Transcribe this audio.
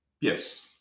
Yes